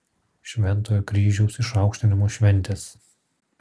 šventojo kryžiaus išaukštinimo šventės